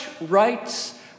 rights